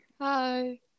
Hi